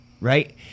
right